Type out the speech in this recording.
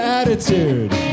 attitude